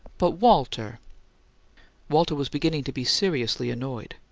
but, walter walter was beginning to be seriously annoyed.